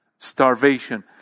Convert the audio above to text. Starvation